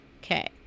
Okay